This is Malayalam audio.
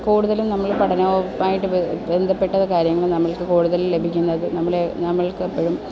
കൂടുതലും നമ്മൾ പഠനവുമായിട്ട് ബന്ധപ്പെട്ട കാര്യങ്ങൾ നമ്മൾക്ക് കൂടുതലും ലഭിക്കുന്നത് നമ്മളെ നമ്മൾക്കെപ്പോഴും